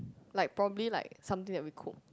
like probably like something we had cooked